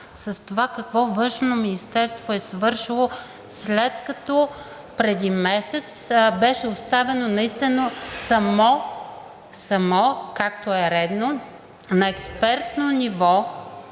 с това какво Външното министерство е свършило, след като преди месец беше оставено наистина само – само, както е редно, на експертно ниво